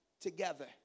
together